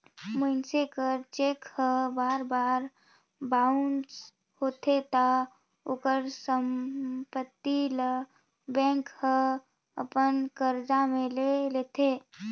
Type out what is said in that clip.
मइनसे कर चेक हर बार बार बाउंस होथे ता ओकर संपत्ति ल बेंक हर अपन कब्जा में ले लेथे